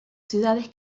ciudades